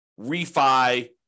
refi